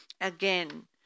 Again